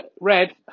red